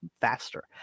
Faster